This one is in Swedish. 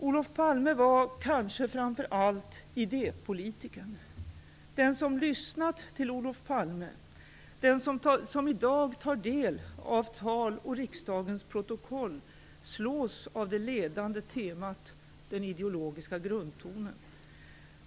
Olof Palme var kanske framför allt idépolitikern. Den som lyssnat till Olof Palme och den som i dag tar del av tal och riksdagens protokoll slås av det ledande temat: den ideologiska grundtonen.